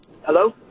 Hello